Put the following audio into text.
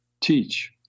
teach